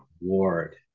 Ward